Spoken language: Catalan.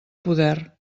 poder